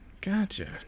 Gotcha